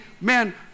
man